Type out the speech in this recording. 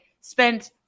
spent